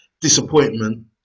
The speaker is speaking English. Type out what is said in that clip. disappointment